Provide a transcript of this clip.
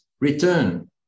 return